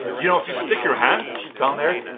you know, if you stick your hand down there.